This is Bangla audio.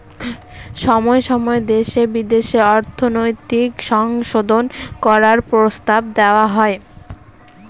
সময় সময় দেশে বিদেশে অর্থনৈতিক সংশোধন করার প্রস্তাব দেওয়া হয়